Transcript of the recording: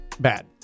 bad